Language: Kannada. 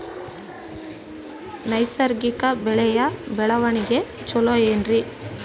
ನೈಸರ್ಗಿಕ ಬೆಳೆಯ ಬೆಳವಣಿಗೆ ಚೊಲೊ ಏನ್ರಿ?